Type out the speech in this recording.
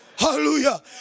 Hallelujah